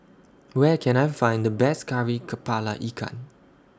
Where Can I Find The Best Kari Kepala Ikan